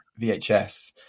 VHS